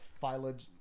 phylogeny